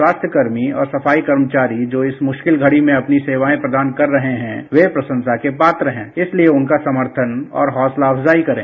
स्वास्थ्यकर्मी और सफाई कर्मचारी जो इस मुश्किल घड़ी में अपनी सेवाएं प्रदान कर रहे हैं वे प्रशंसा के पात्र हैं इसलिए उनका समर्थन और हौसला अफजाई करें